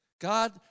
God